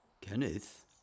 Kenneth